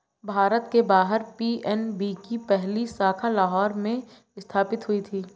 भारत के बाहर पी.एन.बी की पहली शाखा लाहौर में स्थापित हुई थी